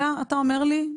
אתה אומר לי,